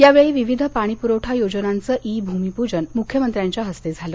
यावेळी विविध पाणी पुरवठा योजनांचं ई भूमिपूजन मुख्यमंत्र्यांच्या हस्ते झालं